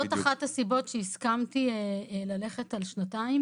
זאת אחת הסיבות שהסכמתי ללכת על שנתיים.